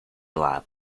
lab